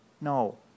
no